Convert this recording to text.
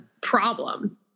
problem